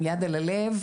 עם יד על הלב,